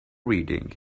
reading